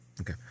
Okay